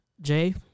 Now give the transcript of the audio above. Jay